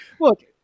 Look